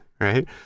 Right